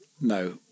no